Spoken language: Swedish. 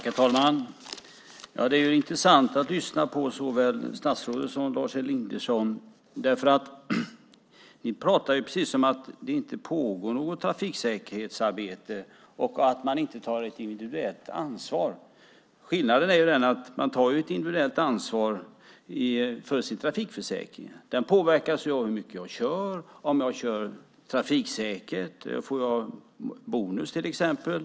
Herr talman! Det är intressant att lyssna på såväl statsrådet som Lars Elinderson. Ni pratar precis som om det inte pågår något trafiksäkerhetsarbete och som om man inte tar ett individuellt ansvar. Skillnaden är den att man tar ett individuellt ansvar för sin trafikförsäkring. Den påverkas av hur mycket man kör. Om man kör trafiksäkert får man en bonus till exempel.